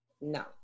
No